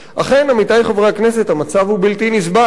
אכן, עמיתי חברי הכנסת, המצב הוא בלתי נסבל.